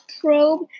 Probe